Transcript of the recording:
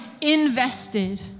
invested